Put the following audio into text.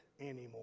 anymore